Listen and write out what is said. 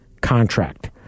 contract